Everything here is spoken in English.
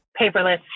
paperless